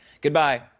Goodbye